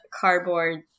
cardboard